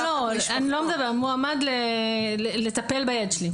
לא, לא, מועמד לטפל בילד שלי.